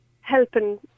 helping